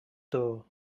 door